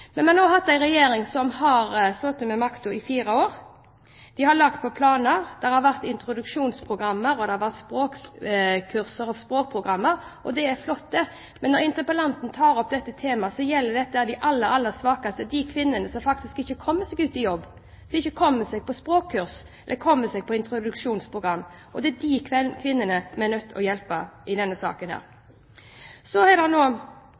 Vi har nå hatt en regjering som har sittet med makten i fire år. De har lagt fram planer, det har vært introduksjonsprogrammer, det har vært språkkurs og språkprogrammer, og det er flott. Men det temaet interpellanten tar opp, gjelder de aller, aller svakeste, de kvinnene som faktisk ikke kommer seg ut i jobb, som ikke kommer seg på språkkurs, som ikke kommer seg på introduksjonsprogram. Det er de kvinnene vi er nødt til å hjelpe i denne saken. Det er nå blitt lovpålagt i alle kommuner at man skal ha et krisetilbud. Det var et eksempel nå